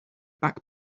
back